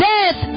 Death